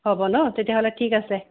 হ'ব ন' তেতিয়াহ'লে ঠিক আছে